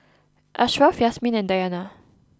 Ashraf Yasmin and Dayana